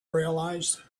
realized